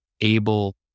able